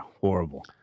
horrible